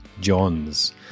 johns